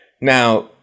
Now